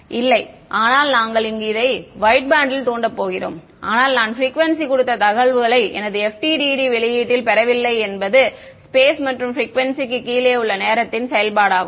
மாணவர் இல்லை ஆனால் நாங்கள் இங்கு இதை வைட்பேண்ட் ல் தூண்ட போகிறோம் ஆனால் நான் ப்ரிக்குவேன்சி குறித்த தகவல்களைப் எனது FDTDs வெளியீட்டில் பெறவில்லை என்பது ஸ்பேஸ் மற்றும் ப்ரிக்குவேன்சிக்கு கீழே உள்ள நேரத்தின் செயல்பாடாகும்